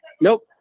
Nope